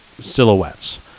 silhouettes